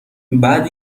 بعد